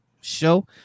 show